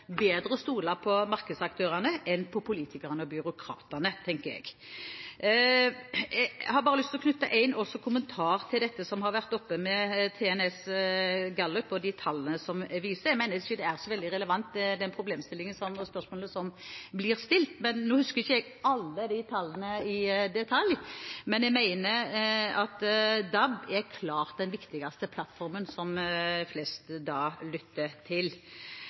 bedre å stole på markedsaktørene enn på politikerne og byråkratene, tenker jeg. Jeg har bare lyst til også å knytte en kommentar til det som har vært oppe med hensyn til TNS Gallup, og de tallene som det vises til. Jeg mener den problemstillingen og det spørsmålet som blir stilt, ikke er så veldig relevant. Nå husker ikke jeg alle de tallene i detalj, men jeg mener at DAB er den klart viktigste plattformen, som flest lytter